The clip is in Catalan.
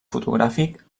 fotogràfic